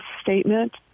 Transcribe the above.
statement